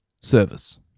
service